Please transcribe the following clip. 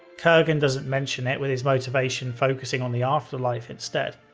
kerghan doesn't mention it, with his motivation focusing on the afterlife instead.